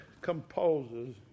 composes